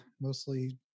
mostly